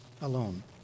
alone